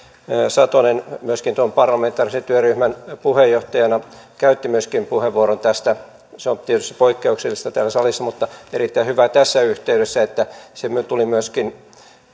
satonen tuon parlamentaarisen työryhmän puheenjohtajana käytti myöskin puheenvuoron tästä se on tietysti poikkeuksellista täällä salissa mutta on erittäin hyvä tässä yhteydessä että se näkökanta tuli myöskin